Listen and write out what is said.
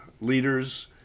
leaders